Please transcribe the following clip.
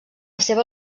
seva